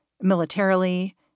militarily